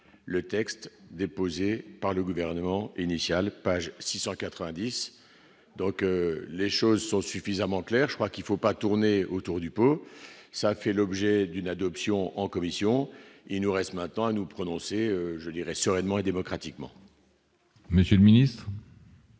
le texte déposé par le gouvernement initial, pages 690 donc, les choses sont suffisamment claires, je crois qu'il faut pas tourner autour du pot, ça fait l'objet d'une adoption en commission, il nous reste maintenant à nous prononcer, je dirais, sereinement et démocratiquement. Monsieur le Ministre.